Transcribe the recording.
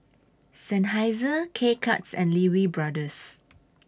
Seinheiser K Cuts and Lee Wee Brothers